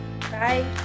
Bye